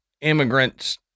immigrants